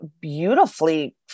beautifully